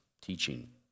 teaching